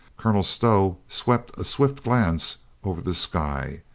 colonel stow swept a swift glance over the sky.